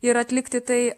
ir atlikti tai